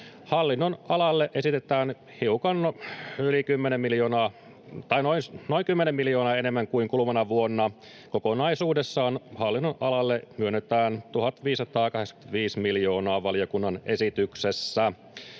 miljoonaa, tai noin 10 miljoonaa, enemmän kuin kuluvana vuonna. Kokonaisuudessaan hallinnonalalle myönnetään 1 585 miljoonaa valiokunnan esityksessä.